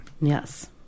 Yes